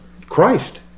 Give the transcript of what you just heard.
Christ